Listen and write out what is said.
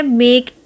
make